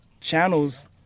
channels